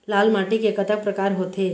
लाल माटी के कतक परकार होथे?